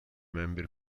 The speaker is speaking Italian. membri